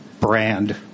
brand